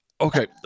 Okay